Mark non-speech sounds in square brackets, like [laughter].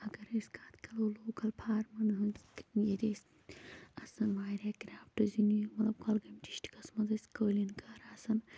اَگر أسۍ کَتھ کَرو لوکَل فارمَن ہنٛز [unintelligible] ییٚتہِ ٲسۍ آسان واریاہ کرٛافٹٕز [unintelligible] مطلب کۄلگٲمہِ ڈِسٹِرٛکَس منٛز ٲسۍ قٲلیٖن گھر آسان